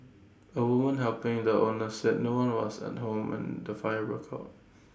A woman helping the owners said no one was at home when the fire broke out